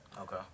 Okay